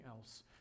else